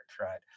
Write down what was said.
right